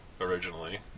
originally